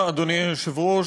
אדוני היושב-ראש,